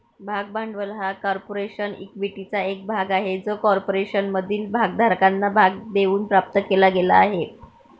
भाग भांडवल हा कॉर्पोरेशन इक्विटीचा एक भाग आहे जो कॉर्पोरेशनमधील भागधारकांना भाग देऊन प्राप्त केला गेला आहे